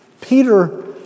Peter